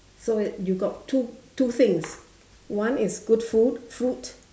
so it you got two two things one is good food fruit